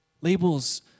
Labels